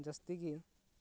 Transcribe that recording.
ᱡᱟᱹᱥᱛᱤ ᱜᱮ